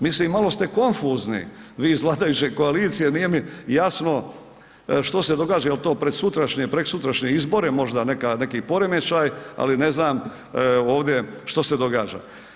Mislim malo ste konfuzni vi iz vladajuće koalicije, nije mi jasno što se događa, je li to pred sutrašnje, preksutrašnje izbore možda neka, neki poremećaj, ali ne znam ovdje što se događa.